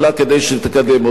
כדי שהיא תקדם אותו.